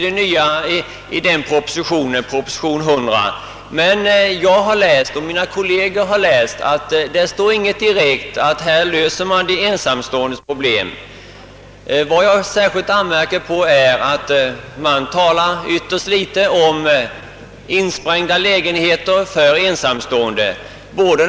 Men både mina kolleger och jag har läst propositionen, och vi kan inte finna att där står något direkt om att man skall kunna lösa de ensamståendes bostadsproblem. Vad jag särskilt anmärker på är att det talas mycket litet om insprängda lägenheter för ensamstående.